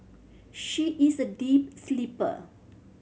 she is a deep sleeper